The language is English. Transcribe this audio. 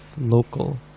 local